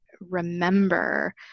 remember